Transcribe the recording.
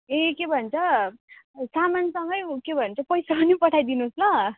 ए के भन्छ सामानसँगै के भन्छ पैसा पनि पठाइ दिनुहोस् ल